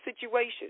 situation